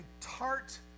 tart